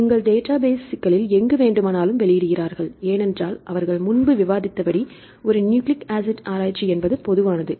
உங்கள் டேட்டாபேஸ் சிக்கல்களில் எங்கு வேண்டுமானாலும் வெளியிடுகிறார்கள் ஏனென்றால் அவர்கள் முன்பு விவாதித்தபடி ஒரு நியூக்ளிக் ஆசிட் ஆராய்ச்சி என்பது பொதுவானது